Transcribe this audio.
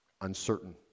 uncertain